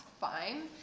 fine